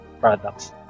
products